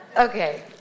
Okay